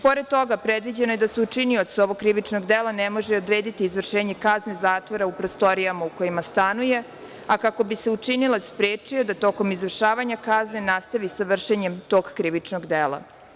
Pored toga, predviđeno je da se učinilac ovog krivičnog dela ne može odrediti izvršenje kazne zatvora u prostorijama u kojima stanuje, a kako bi se činilac sprečio da tokom izvršavanja kazne nastavi sa vršenjem tog krivičnog dela.